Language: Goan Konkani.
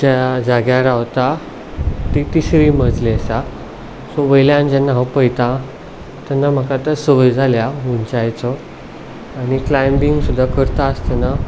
ज्या जाग्यार रावता ती तिसरी मजली आसा सो वयल्यान जेन्ना हांव पयता तेन्ना म्हाका आतां संवय जाल्या उंचायेचो आनी क्लायबिंग सुद्दां करता आसतना